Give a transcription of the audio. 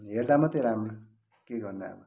अँ हेर्दा मात्रै राम्रो के गर्नु अब